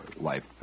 life